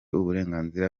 uburenganzira